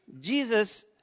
Jesus